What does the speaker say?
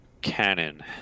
cannon